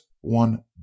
one